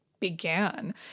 began